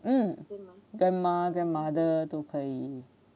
mm grandma grandmother 都可以